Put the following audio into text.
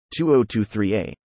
2023A